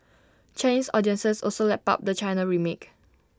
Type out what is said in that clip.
Chinese audiences also lapped up the China remake